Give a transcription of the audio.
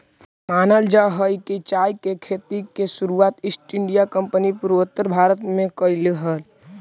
मानल जा हई कि चाय के खेती के शुरुआत ईस्ट इंडिया कंपनी पूर्वोत्तर भारत में कयलई हल